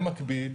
במקביל,